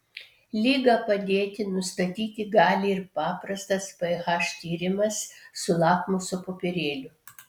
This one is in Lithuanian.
ligą padėti nustatyti gali ir paprastas ph tyrimas su lakmuso popierėliu